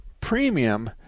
premium